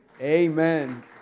Amen